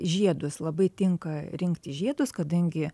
žiedus labai tinka rinkti žiedus kadangi